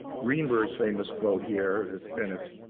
greenberg's famous quote here and it's,